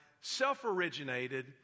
self-originated